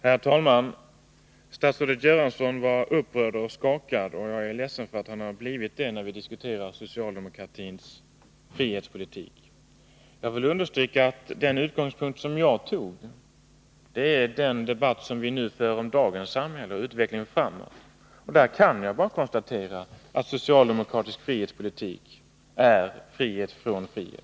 Herr talman! Statsrådet Göransson var upprörd och skakad, och jag är ledsen för att han har blivit det när vi diskuterar socialdemokratins frihetspolitik. Jag vill understryka att den utgångspunkt som jag hade är den debatt som vi nu för om dagens samhälle och utvecklingen framöver. Där kan jag bara konstatera att socialdemokratisk frihetspolitik innebär frihet från frihet.